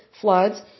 floods